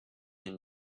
and